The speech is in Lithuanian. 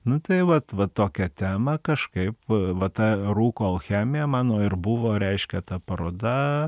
nu tai vat va tokią temą kažkaip va ta rūko alchemija mano ir buvo reiškia ta paroda